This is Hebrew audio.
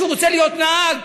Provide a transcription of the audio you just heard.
הוא רוצה להיות נהג.